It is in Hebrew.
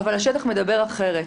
אבל השטח מדבר אחרת.